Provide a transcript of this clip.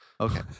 Okay